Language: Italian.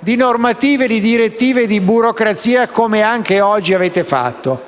di normative, di direttive e di burocrazia, come anche oggi avete fatto.